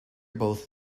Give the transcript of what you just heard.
both